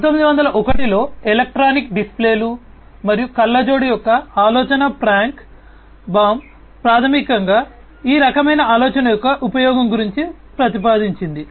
కాబట్టి 1901 లో ఎలక్ట్రానిక్ డిస్ప్లేలు మరియు కళ్ళజోడు యొక్క ఆలోచన ఫ్రాంక్ బామ్ ప్రాథమికంగా ఈ రకమైన ఆలోచన యొక్క ఉపయోగం గురించి ప్రతిపాదించింది